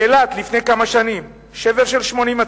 באילת, לפני כמה שנים, שבר של 80 מצבות,